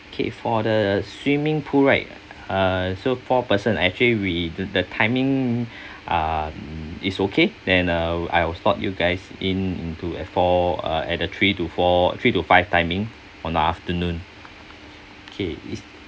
okay for the swimming pool right uh so four person actually we the the timing ah mm it's okay then uh I will slot you guys in into uh four uh at uh three to four three to five timing on the afternoon okay it's